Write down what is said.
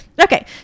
okay